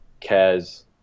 cares